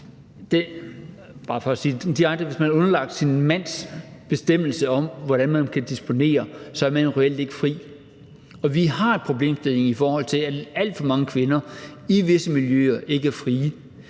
sige det direkte – sin mands bestemmelse om, hvordan man kan disponere, er man jo reelt ikke fri. Og vi har en problemstilling, i forhold til at alt for mange kvinder i visse miljøer ikke er frie.